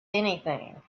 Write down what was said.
anything